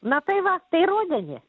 na tai va tai rudenį